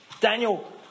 Daniel